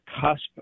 cusp